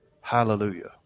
Hallelujah